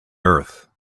earth